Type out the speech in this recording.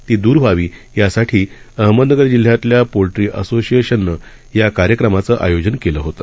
तीदूरव्हावीयासाठीअहमदनगरजिल्ह्यातल्यापोल्ट्रीअसोसिएशननंयाकार्यक्रमाचंआयोजनकेलंहोतं